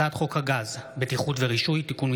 הצעת חוק הרשויות המקומיות (בחירות) (תיקון,